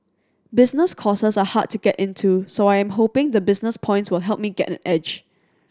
business courses are hard to get into so I am hoping the business points will help me get an edge